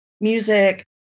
music